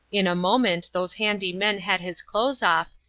in a moment those handy men had his clothes off,